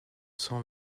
cent